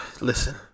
listen